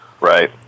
Right